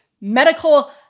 medical